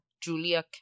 julia